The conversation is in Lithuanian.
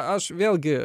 aš vėlgi